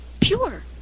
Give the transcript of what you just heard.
Pure